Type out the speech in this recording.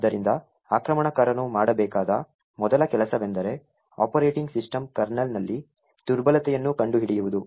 ಆದ್ದರಿಂದ ಆಕ್ರಮಣಕಾರನು ಮಾಡಬೇಕಾದ ಮೊದಲ ಕೆಲಸವೆಂದರೆ ಆಪರೇಟಿಂಗ್ ಸಿಸ್ಟಮ್ ಕರ್ನಲ್ನಲ್ಲಿ ದುರ್ಬಲತೆಯನ್ನು ಕಂಡುಹಿಡಿಯುವುದು